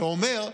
שאומר: